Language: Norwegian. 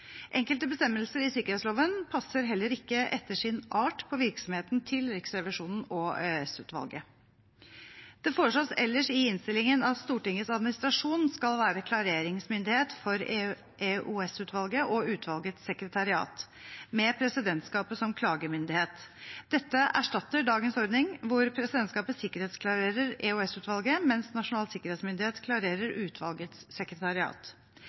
Enkelte bestemmelser i sikkerhetsloven passer heller ikke etter sin art på virksomheten til Riksrevisjonen og EOS-utvalget. Det foreslås ellers i innstillingen at Stortingets administrasjon skal være klareringsmyndighet for EOS-utvalget og utvalgets sekretariat, med presidentskapet som klagemyndighet. Dette erstatter dagens ordning, hvor presidentskapet sikkerhetsklarerer EOS-utvalget, mens Nasjonal sikkerhetsmyndighet klarerer utvalgets sekretariat.